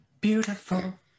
beautiful